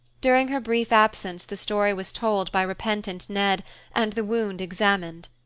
during her brief absence, the story was told by repentant ned and the wound examined.